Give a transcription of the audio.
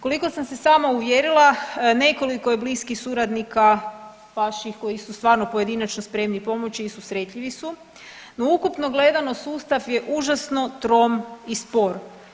Koliko sam se sam uvjerila nekoliko je bliskih suradnika vaših koji su stvarno pojedinačno spremni pomoći i susretljivi su, no ukupno gledano sustav je užasno trom i spor.